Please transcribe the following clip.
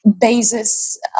basis